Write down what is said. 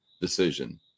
decision